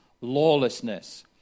lawlessness